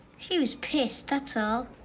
she was pissed, that's all.